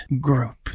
group